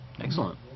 Excellent